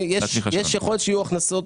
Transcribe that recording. יכול להיות שיהיו הכנסות